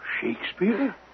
Shakespeare